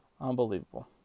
Unbelievable